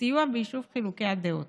וסיוע ביישוב חילוקי הדעות.